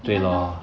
even though